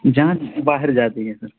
जाँच बाहर जाती है सर